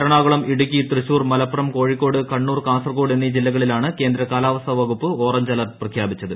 എറണാകുളം ഇടുക്കി തൃശ്ശൂർ മലപ്പുറം കോഴിക്കോട് കണ്ണൂർ കാസർഗോഡ് ജില്ലകളിലാണ് കേന്ദ്ര കാലാവസ്ഥ വകുപ്പ് ഓറഞ്ച് അലർട്ട് പ്രഖ്യാപിച്ചത്